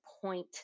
point